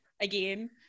again